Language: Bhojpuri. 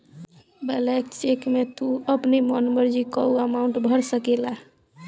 ब्लैंक चेक में तू अपनी मन मर्जी कअ अमाउंट भर सकेला